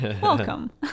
welcome